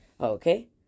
Okay